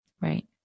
Right